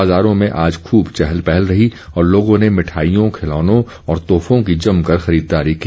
बाजारों में आज खूब चहल पहल रही और लोगों ने भिठाईयों खिलौनों और तोहफों की जमकर खरीददारी की